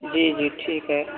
جی جی ٹھیک ہے